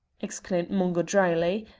exclaimed mungo dryly,